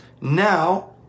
now